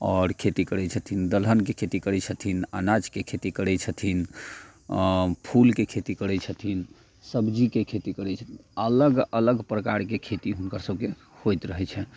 आओर खेती करैत छथिन दलहनके खेती करैत छथिन अनाजके खेती करैत छथिन आ फूलके खेती करैत छथिन सब्जीके खेती करैत छथिन अलग अलग प्रकारके खेती हुनकर सबके होयत रहैत छनि